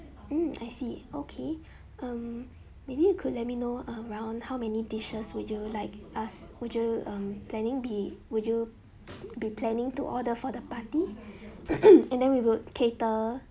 hmm I see okay um maybe you could let me know around how many dishes would you like us would you um planning be would you be planning to order for the party and then we will cater